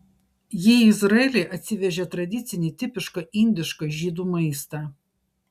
jie į izraelį atsivežė tradicinį tipišką indišką žydų maistą